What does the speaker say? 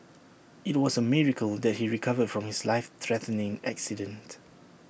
IT was A miracle that he recovered from his life threatening accident